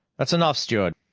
that's enough, steward.